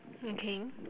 okay